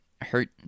hurt